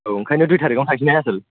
औ ओंखायनो दुइ थारिकआवनो थांसै ने आसोल